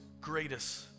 greatest